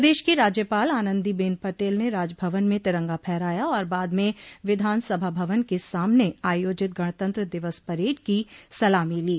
प्रदेश की राज्यपाल आनन्दीबेन पटेल ने राजभवन में तिरंगा फहराया और बाद में विधान सभा भवन के सामने आयोजित गणतंत्र दिवस परेड की सलामी ली